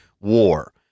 war